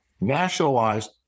nationalized